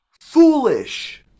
foolish